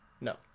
No